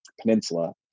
peninsula